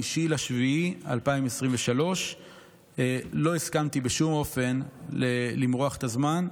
ביולי 2023. לא הסכמתי בשום אופן למרוח את הזמן.